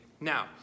Now